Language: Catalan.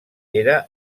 era